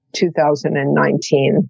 2019